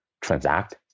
transact